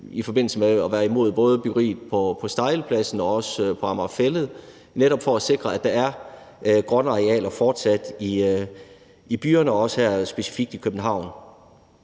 i forbindelse med at være imod både byggeriet på Stejlepladsen og på Amager Fælled, netop for at sikre, at der fortsat er grønne arealer i byerne, også her specifikt i København.